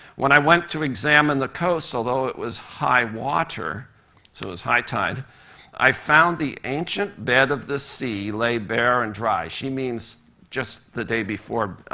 when i went to examine the coast, although it was high water so it was high tide i found the ancient bed of the sea lay bare and dry. she means just the day before,